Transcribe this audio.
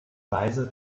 weise